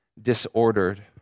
disordered